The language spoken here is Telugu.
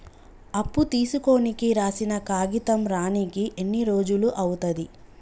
అప్పు తీసుకోనికి రాసిన కాగితం రానీకి ఎన్ని రోజులు అవుతది?